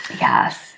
Yes